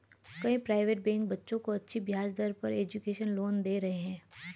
कई private bank बच्चों को अच्छी ब्याज दर पर एजुकेशन लोन दे रहे है